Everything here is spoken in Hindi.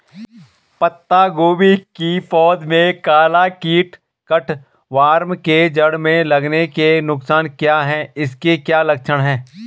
पत्ता गोभी की पौध में काला कीट कट वार्म के जड़ में लगने के नुकसान क्या हैं इसके क्या लक्षण हैं?